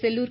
Sellur